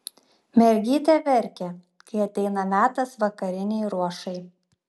mergytė verkia kai ateina metas vakarinei ruošai